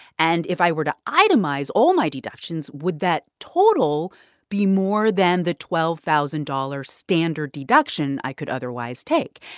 and if i were to itemize all my deductions, would that total be more than the twelve thousand dollars standard deduction i could otherwise take?